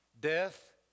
death